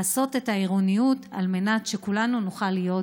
לעשות את העירוניות על מנת שכולנו נוכל להיות